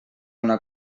una